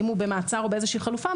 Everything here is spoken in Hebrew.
אם הוא במעצר או באיזושהי חלופה,